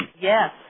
Yes